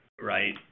right